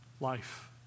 life